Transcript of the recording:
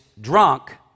drunk